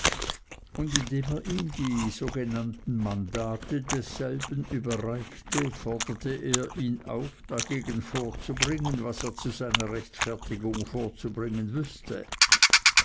und indem er ihm die sogenannten mandate desselben überreichte forderte er ihn auf dagegen vorzubringen was er zu seiner rechtfertigung vorzubringen wüßte